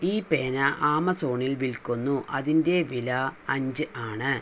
ഈ പേന ആമസോണിൽ വിൽക്കുന്നു അതിൻ്റെ വില അഞ്ച് ആണ്